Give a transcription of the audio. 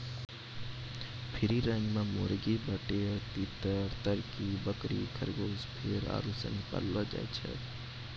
free range मे मुर्गी, बटेर, तीतर, तरकी, बकरी, खरगोस, भेड़ आरु सनी पाललो जाय छै